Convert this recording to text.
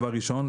ראשון.